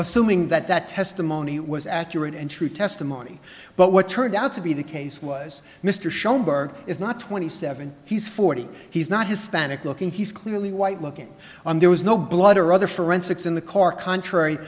assuming that that testimony was accurate and true testimony but what turned out to be the case was mr schoenberg is not twenty seven he's forty he's not hispanic looking he's clearly white looking on there was no blood or other forensics in the car contrary